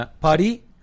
Party